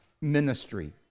ministry